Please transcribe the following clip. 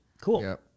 cool